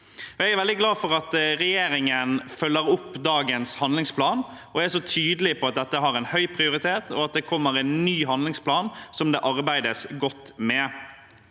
Jeg er veldig glad for at regjeringen følger opp dagens handlingsplan og er så tydelig på at dette har en høy prioritet, og at det kommer en ny handlingsplan, som det arbeides godt med.